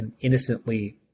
innocently